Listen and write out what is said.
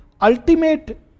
ultimate